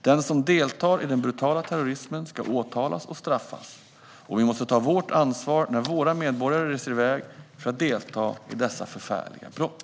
Den som deltar i den brutala terrorismen ska åtalas och straffas, och vi måste ta vårt ansvar när våra medborgare reser iväg för att delta i dessa förfärliga brott.